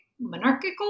monarchical